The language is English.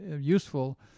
useful